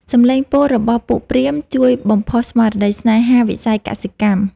សំឡេងពោលរបស់ពួកព្រាហ្មណ៍ ជួយបំផុសស្មារតីស្នេហាវិស័យកសិកម្ម។